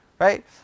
Right